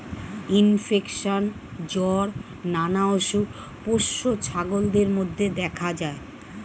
infection, জ্বর নানা অসুখ পোষ্য ছাগলদের মধ্যে দেখা যায়